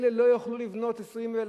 אלה לא יוכלו לבנות 20,000,